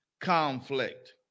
conflict